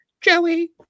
Joey